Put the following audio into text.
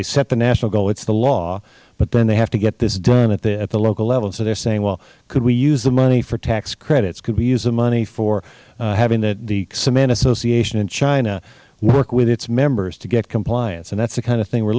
they set the national goal it is the law but then they have to get this done at the local level so they are saying well could we use the money for tax credits could we use the money for having the cement association in china work with its members to get compliance and that is the kind of thing we